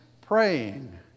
praying